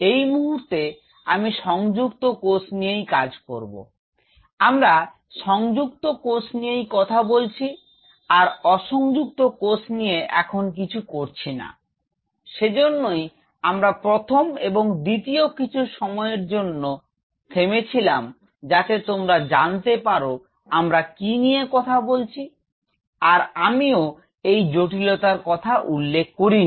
এই মুহূর্তে আমি সংযুক্ত কোষ নিয়েই কাজ করব আমরা সংযুক্ত কোষ নিয়েই কথা বলছি আর অসংযুক্ত কোষ নিয়ে এখন কিছু করছি না সে জন্যেই আমার প্রথম এবং দ্বিতীয় কিছু সময়ের জন্য থেমেছিয়াম যাতে তোমরা জানতে পার আমরা কি নিয়ে কথা বলছি আর আমিও এই জটিলতার কথা উল্লেখ করিনি